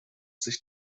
sich